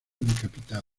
decapitado